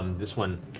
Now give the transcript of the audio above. this one